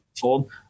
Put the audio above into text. told